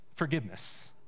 forgiveness